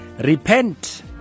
Repent